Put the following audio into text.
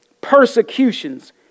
persecutions